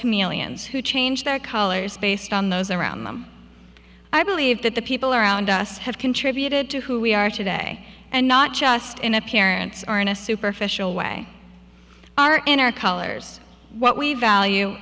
chameleons who change their colors based on those around them i believe that the people around us have contributed to who we are today and not just in a parent's are in a superficial way our colors what we value